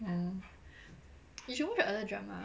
oh you should watch other drama